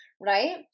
right